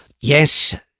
Yes